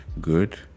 good